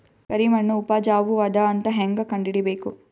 ಕರಿಮಣ್ಣು ಉಪಜಾವು ಅದ ಅಂತ ಹೇಂಗ ಕಂಡುಹಿಡಿಬೇಕು?